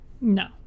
no